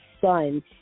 son